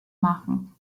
machen